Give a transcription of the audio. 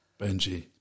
Benji